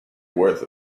worth